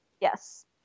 Yes